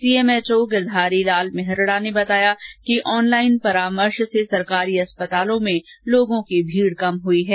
CMHO Girdhari Lal Mehrada ने बताया कि ऑनलाइन परामर्श से सरकारी अस्पतालों में लोगों की भीड़ में कमी आई है